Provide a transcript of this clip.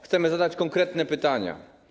Chcemy zadać konkretne pytania.